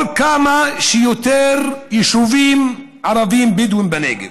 כמה שיותר יישובים ערביים-בדואיים בנגב